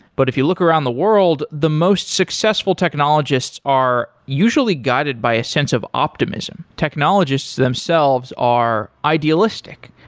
but if you look around the world, the most successful technologists are usually guided by a sense of optimism technologists themselves are idealistic.